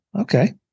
okay